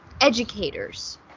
educators